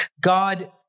God